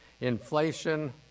inflation